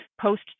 post